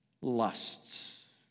lusts